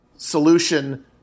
solution